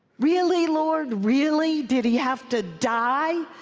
really lord, really? did he have to die?